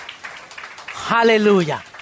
Hallelujah